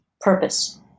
purpose